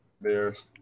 Bears